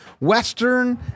Western